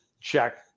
check